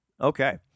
Okay